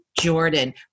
Jordan